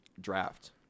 draft